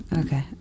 Okay